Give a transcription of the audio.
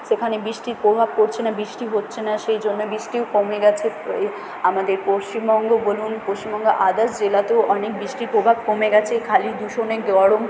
সেখানে বৃষ্টির প্রভাব পড়ছে না বৃষ্টি হচ্ছে না সেই জন্যে বৃষ্টিও কমে গেছে এই আমাদের পশ্চিমবঙ্গ বলুন পশ্চিমবঙ্গের আদার্স জেলাতেও অনেক বৃষ্টির প্রভাব কমে গেছে খালি দূষণের গরম